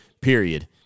period